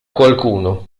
qualcuno